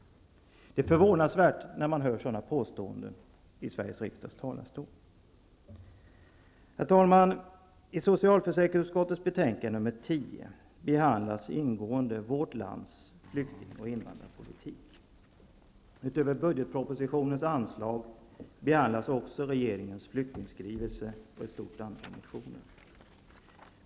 Det är förvånansvärt att man får höra sådana påståenden i Sveriges riksdags talarstol. Herr talman! I socialförsäkringsutskottets betänkande nr 10 behandlas ingående vårt lands flykting och invandrarpolitik. Utöver budgetpropositionens anslag behandlas också regeringens flyktingskrivelse och ett stort antal motioner.